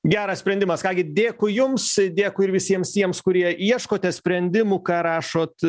geras sprendimas ką gi dėkui jums dėkui ir visiems tiems kurie ieškote sprendimų ką rašot